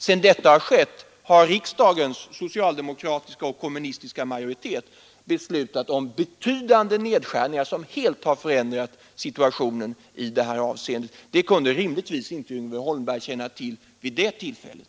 Sedan dess har riksdagens socialdemokratiska och kommunistiska majoritet beslutat om betydande nedskärningar, som helt har förändrat situationen i det här avseendet. Det kunde rimligtvis inte Yngve Holmberg känna till vid det tillfället.